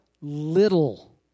little